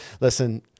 Listen